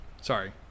Sorry